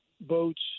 boats